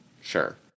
Sure